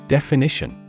Definition